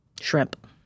Shrimp